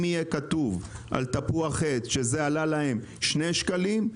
אם יהיה כתוב על תפוח עץ שעלה להם שני שקלים,